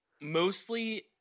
mostly